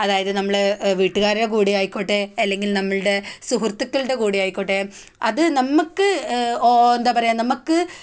അതായത് നമ്മൾ വീട്ടുകാരുടെ കൂടെ ആയിക്കോട്ടെ അല്ലെങ്കിൽ നമ്മളുടെ സുഹൃത്തുക്കളുടെ കൂടെ ആയിക്കോട്ടെ അത് നമുക്ക് എന്താ പറയാ നമുക്ക്